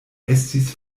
estis